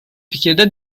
fikirde